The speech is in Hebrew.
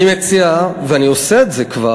אני מציע, ואני עושה את זה כבר,